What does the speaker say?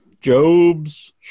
job's